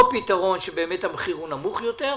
או פתרון שהמחיר הוא נמוך יותר,